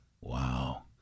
Wow